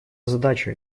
задача